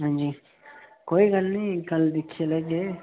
हां जी कोई गल्ल नेईं कल दिक्खी लैगे